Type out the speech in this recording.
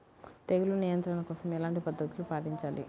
తెగులు నియంత్రణ కోసం ఎలాంటి పద్ధతులు పాటించాలి?